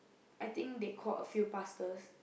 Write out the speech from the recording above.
I think they called a few pastors